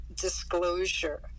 disclosure